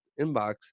inbox